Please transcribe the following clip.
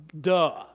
duh